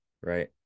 right